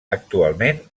actualment